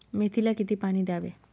मेथीला किती पाणी द्यावे?